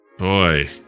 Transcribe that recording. Boy